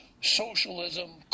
socialism